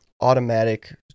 automatic